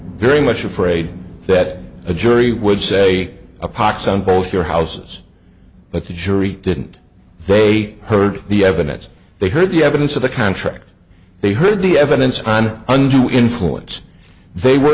very much afraid that a jury would say a pox on both your houses but the jury didn't they heard the evidence they heard the evidence of the contract they heard the evidence on undue influence they were